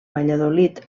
valladolid